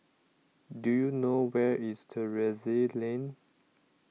Do YOU know Where IS Terrasse Lane